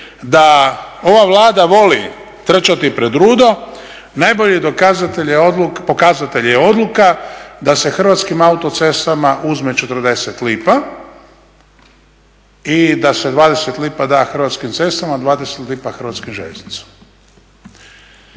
da ova Vlada voli trčati pred rudo najbolji pokazatelj je odluka da se Hrvatskim autocestama uzme 40 lipa i da se 20 lipa da Hrvatskim cestama, 20 lipa Hrvatskim željeznicama.